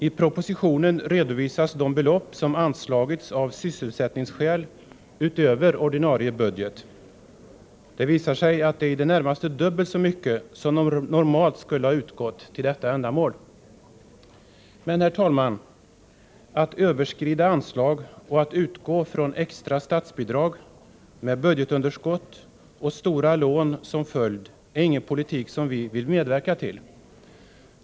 I propositionen redovisas de belopp som av sysselsättningsskäl anslagits utöver den ordinarie budgeten. Det visar sig att anslaget för detta ändamål därmed blivit dubbelt så högt som normalt skulle ha varit fallet. Men, herr talman, att överskrida anslag och att utgå från extra statsbidrag med budgetunderskott och stora lån som följd är ingen politik som vi vill medverka till.